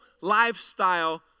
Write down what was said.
lifestyle